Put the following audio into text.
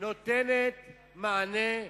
נותנת מענה,